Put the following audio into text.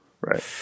right